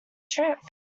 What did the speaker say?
trip